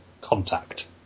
Contact